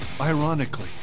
Ironically